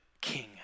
king